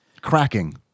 Cracking